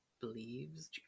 believes